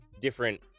different